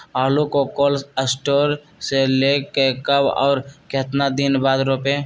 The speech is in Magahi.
आलु को कोल शटोर से ले के कब और कितना दिन बाद रोपे?